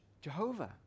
Jehovah